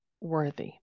worthy